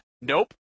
nope